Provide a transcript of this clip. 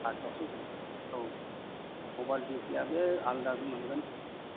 आतथायावसो गगोन औ अभार दिउथिया बे आलदा मोनगोन